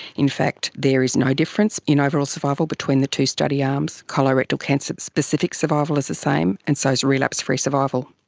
in fact there is no difference in overall survival between the two study arms, colorectal cancer, specific survival is the same, and so is relapse-free survival.